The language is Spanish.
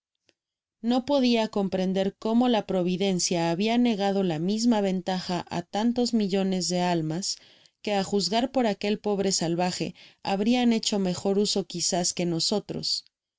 no podia comprender cómo la providencia habia negado la misma ventaja á tantos millones de almas que á juzgar por aquel pobre salvaje habrian hecho mejor uso quizás que nosotros